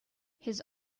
his